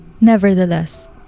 Nevertheless